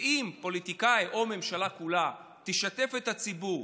ואם הפוליטיקאי או הממשלה כולה ישתפו את הציבור,